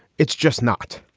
it's just not.